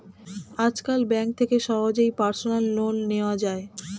আজকাল ব্যাঙ্ক থেকে সহজেই পার্সোনাল লোন নেওয়া যায়